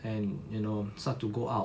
and you know start to go out